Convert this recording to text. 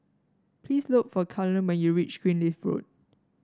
please look for Kalen when you reach Greenleaf Road